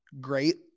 great